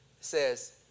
says